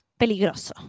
peligroso